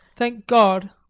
thank god,